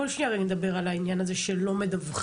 בוא שנייה רגע נדבר על העניין הזה שלא מדווחים,